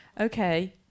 Okay